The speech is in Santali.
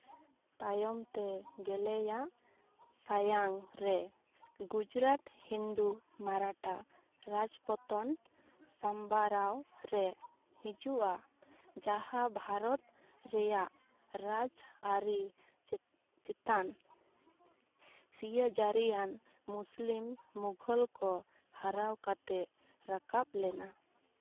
ᱛᱟᱭᱚᱢ ᱛᱮ ᱜᱮᱞᱮᱭᱟᱜ ᱥᱟᱭᱟᱝ ᱨᱮ ᱜᱩᱡᱽᱨᱟᱴ ᱦᱤᱱᱫᱩ ᱢᱟᱨᱟᱴᱷᱟ ᱨᱟᱡᱽ ᱯᱚᱛᱚᱱ ᱥᱟᱢᱵᱨᱟᱣ ᱨᱮ ᱦᱤᱡᱩᱜᱼᱟ ᱡᱟᱦᱟᱸ ᱵᱷᱟᱨᱚᱛ ᱨᱮᱭᱟᱜ ᱨᱟᱡᱽᱟᱹᱨᱤ ᱪᱮᱛᱟᱱ ᱥᱤᱭᱟᱹᱡᱟᱹᱨᱤᱭᱟᱱ ᱢᱩᱥᱞᱤᱢ ᱢᱩᱜᱷᱚᱞ ᱠᱚ ᱦᱟᱨᱟᱣ ᱠᱟᱛᱮᱫ ᱨᱟᱠᱟᱵ ᱞᱮᱱᱟ